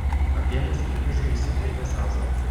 apėmus įtūžiui jis aprėkė zazą